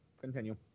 continue